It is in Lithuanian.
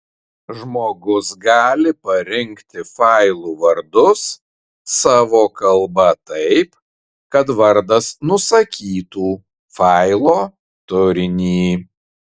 žmogus gali parinkti failų vardus savo kalba taip kad vardas nusakytų failo turinį